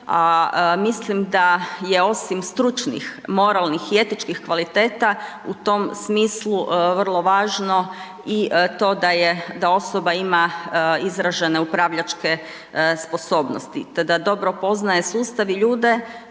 mislim da je osim stručnih, moralnih i etičkih kvaliteta u tom smislu vrlo važno i to da osoba ima izražene upravljačke sposobnosti te da dobro poznaje sustav i ljude